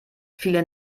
viele